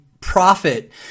profit